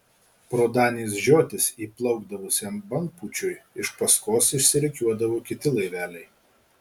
pro danės žiotis įplaukdavusiam bangpūčiui iš paskos išsirikiuodavo kiti laiveliai